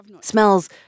Smells